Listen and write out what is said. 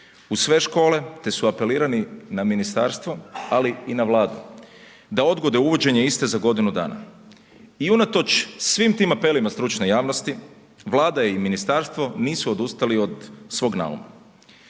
u sve škole te su apelirani na ministarstvo, ali i na Vladu, da odgode uvođenje iste za godinu dana. I unatoč svim tim apelima stručne javnosti, Vlada i ministarstvo nisu odustali od svog nauma.